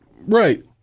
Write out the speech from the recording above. Right